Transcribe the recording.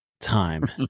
time